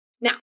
Now